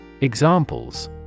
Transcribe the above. Examples